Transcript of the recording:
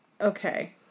Okay